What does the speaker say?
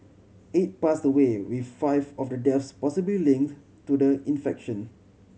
eight passed away with five of the deaths possibly linked to the infection